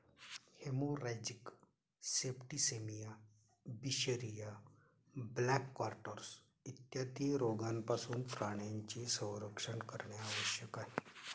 haemorrhagic septicaemia, बिशरिया, black quarters इत्यादी रोगांपासून प्राण्यांचे संरक्षण करणे आवश्यक आहे